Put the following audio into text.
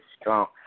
strong